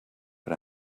but